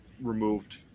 removed